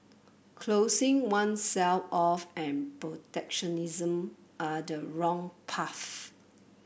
closing oneself off and protectionism are the wrong path